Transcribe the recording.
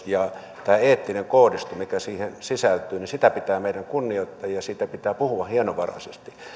ja tätä eettistä koodistoa mikä siihen sisältyy pitää meidän kunnioittaa ja siitä pitää puhua hienovaraisesti